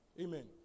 Amen